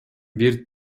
бир